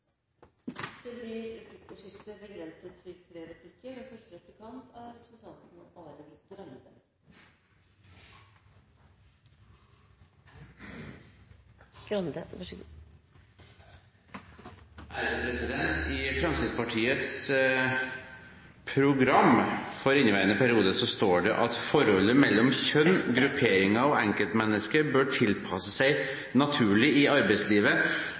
Det blir replikkordskifte. I Fremskrittspartiets program for inneværende periode står det: «Forholdet mellom kjønn, grupperinger og enkeltmennesker bør derfor i